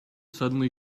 suddenly